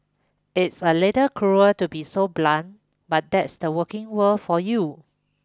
it's a little cruel to be so blunt but that's the working world for you